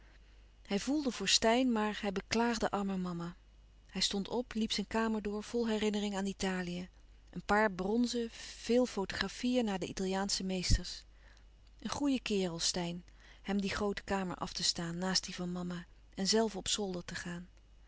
hij voelde voor steyn maar hij beklaagde arme mama hij stond op liep zijn kamer door vol herinnering aan italië een paar bronzen veel fotografieën naar de italiaansche meesters een goeie kerel steyn hem die groote kamer af te staan naast die van mama en zelve op zolder te gaan